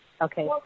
Okay